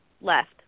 left